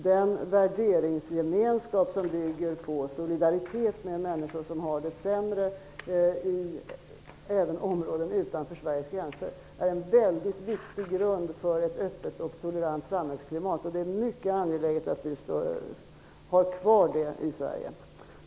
Den värderingsgemenskap som bygger på solidaritet med människor som har det sämre, även i områden utanför Sveriges gränser, är en mycket viktig grund för ett öppet och tolerant samhällsklimat. Det är mycket angeläget att vi har kvar det i Sverige.